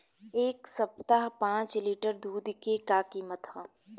एह सप्ताह पाँच लीटर दुध के का किमत ह?